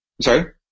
Sorry